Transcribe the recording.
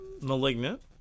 Malignant